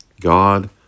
God